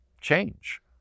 change